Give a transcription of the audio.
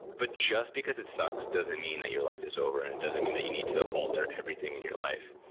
but just because it sucks doesn't mean that your life is over and doesn't mean that you need to alter everything in your life.